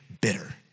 bitter